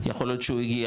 יכול להיות שהוא הגיע,